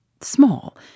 small